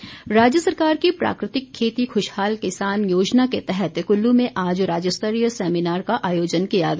seminar राज्य सरकार की प्राकृतिक खेती खुशहाल किसान योजना के तहत कुल्लू में आज राज्य स्तरीय सेमिनार का आयोजन किया गया